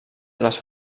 les